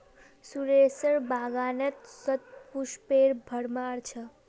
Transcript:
सुरेशेर बागानत शतपुष्पेर भरमार छ